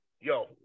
Yo